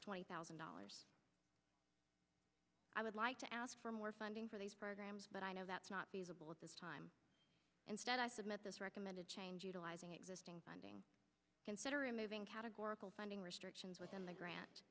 twenty thousand dollars i would like to ask for more funding for these programs but i know that's not the usable at this time instead i submit this recommended change utilizing existing funding considering moving categorical funding restrictions within the grant